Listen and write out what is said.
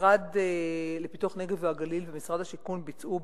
המשרד לפיתוח הנגב והגליל ומשרד השיכון ביצעו